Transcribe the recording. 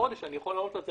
אוכל לעלות על זה,